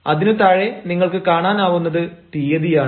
അതിനു താഴെ നിങ്ങൾക്ക് കാണാനാവുന്നത് തീയതിയാണ്